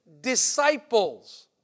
disciples